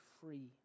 free